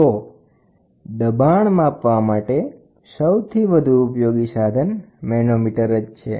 તો દબાણ માપવા માટેનું મૂળ પ્રાથમિક કક્ષાનું સાધન મેનોમીટર છે